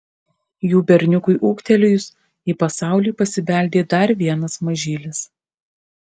jų berniukui ūgtelėjus į pasaulį pasibeldė dar vienas mažylis